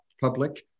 public